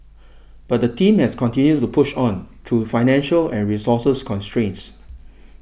but the team has continued to push on through financial and resources constraints